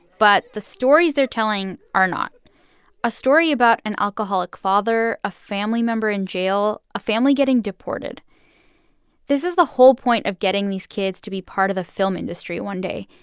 but the stories they're telling are not a story about an alcoholic father, a family member in jail, a family getting deported this is the whole point of getting these kids to be part of the film industry one day.